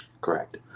Correct